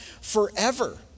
forever